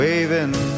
Waving